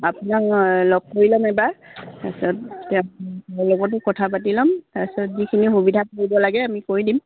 আপোনাক লগ কৰি ল'ম এবাৰ তাৰপাছত লগতো কথা পাতি ল'ম তাৰপিছত যিখিনি সুবিধা পৰিব লাগে আমি কৰি দিম